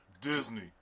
Disney